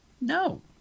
no